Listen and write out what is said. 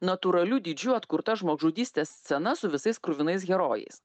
natūraliu dydžiu atkurta žmogžudystės scena su visais kruvinais herojais